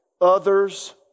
others